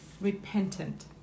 repentant